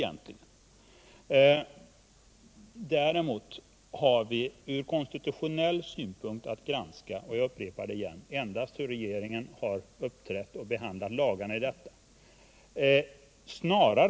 Vi har att granska från konstitutionell synpunkt endast hur regeringen har uppträtt och behandlat lagarna i detta fall.